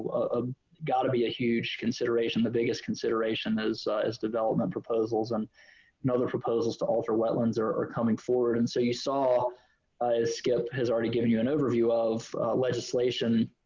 ah got to be a huge consideration, the biggest consideration as as development proposals and and other proposals to alter wetlands are are coming forward. and so, you saw skip has already given you an overview of legislation,